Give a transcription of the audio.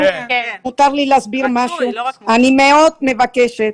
אני מאוד מבקשת